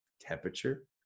temperature